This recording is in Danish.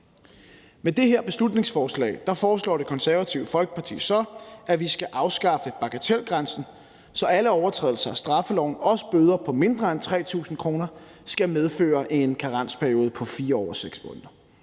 Med det her beslutningsforslag foreslår Det Konservative Folkeparti så, at vi skal afskaffe bagatelgrænsen, så alle overtrædelser af straffeloven, også bøder på mindre end 3.000 kr., skal medføre en karensperiode på 4 år og 6 måneder.